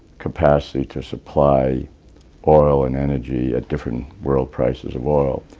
capacity to supply oil and energy at different world prices of oil.